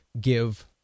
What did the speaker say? give